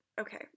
okay